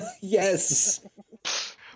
yes